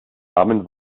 namen